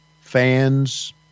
fans